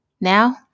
Now